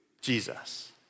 Jesus